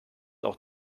auch